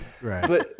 Right